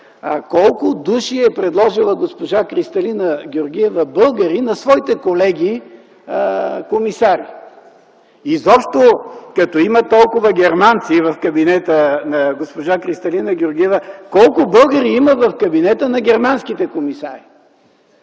Колко души българи е предложила госпожа Кристалина Георгиева на своите колеги комисари? Изобщо, като има толкова германци в кабинета на госпожа Кристалина Георгиева, колко българи има в кабинетите на германските комисари?